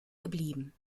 geblieben